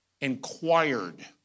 inquired